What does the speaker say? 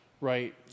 right